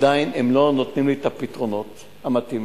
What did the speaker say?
עדיין הם לא נותנים לי את הפתרונות המתאימים,